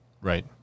Right